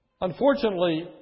Unfortunately